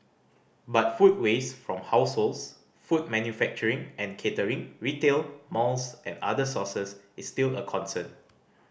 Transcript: but food waste from households food manufacturing and catering retail malls and other sources is still a concern